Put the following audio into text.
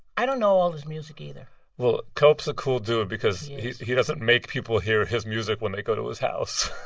i don't know all his music either well, cope's a cool dude because. he is. he doesn't make people hear his music when they go to his house